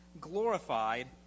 glorified